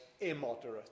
immoderate